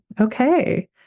Okay